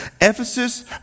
Ephesus